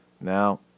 Now